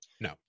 No